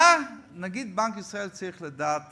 מה נגיד בנק ישראל צריך לדעת